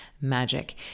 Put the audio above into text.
Magic